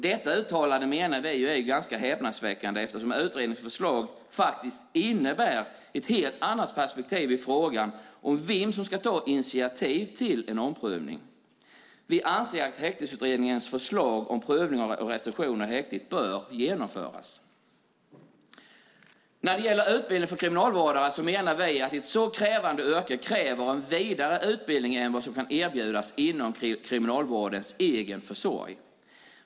Detta uttalande menar vi är ganska häpnadsväckande eftersom utredningens förslag faktiskt innebär ett helt annat perspektiv i frågan om vem som ska initiativ till en omprövning. Vi anser att Häktesutredningens förslag om prövning av restriktioner i häktet bör genomföras. När det gäller utbildning för kriminalvårdare menar vi att ett så krävande yrke kräver en vidare utbildning än vad som kan erbjudas inom Kriminalvårdens egen försorg.